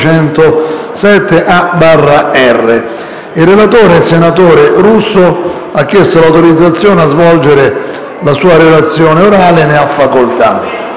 Il relatore, senatore Russo, ha chiesto l'autorizzazione a svolgere la relazione orale. Non facendosi